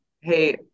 Hey